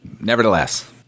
nevertheless